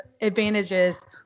advantages